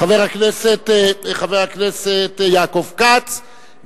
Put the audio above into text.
חבר הכנסת יעקב כץ,